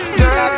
girl